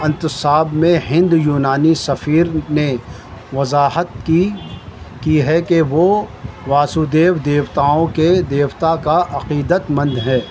انتساب میں ہند یونانی سفیر نے وضاحت کی کی ہے کہ وہ واسودیو دیوتاؤں کے دیوتا کا عقیدت مند ہے